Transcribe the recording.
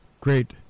great